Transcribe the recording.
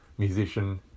Musician